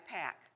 pack